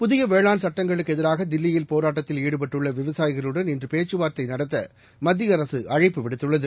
புதிய வேளாண் சட்டங்களுக்கு எதிராக தில்லியில் போராட்டத்தில் ஈடுபட்டுள்ள விவசாயிகளுடன் இன்று பேச்சுவார்த்தை நடத்த மத்திய அரசு அழைப்பு விடுத்துள்ளது